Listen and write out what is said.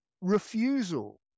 refusal